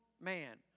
man